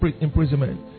imprisonment